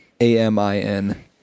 A-M-I-N